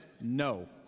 no